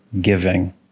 giving